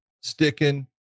sticking